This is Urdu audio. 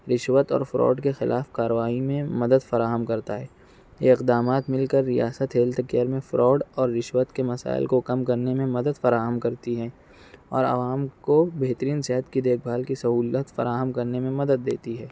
رشوت اور فراڈ کے خلاف کاروائی میں مدد فراہم کرتا ہے یہ اقدامات مل کر ریاست ہیلتھ کیئر میں فراڈ اور رشوت کے مسائل کو کم کرنے میں مدد فراہم کرتی ہیں اور عوام کو بہترین صحت کی دیکھ بھال کی سہولت فراہم کرنے میں مدد دیتی ہے